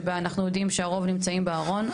שבה אנחנו יודעים שהרוב נמצאים בארון,